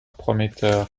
prometteur